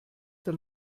der